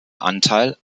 anteil